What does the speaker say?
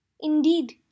Indeed